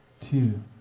Two